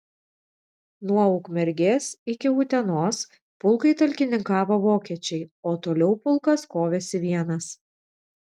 nuo ukmergės iki utenos pulkui talkininkavo vokiečiai o toliau pulkas kovėsi vienas